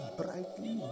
brightly